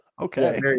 Okay